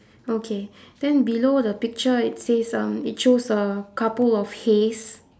okay then below the picture it says um it shows a couple of hays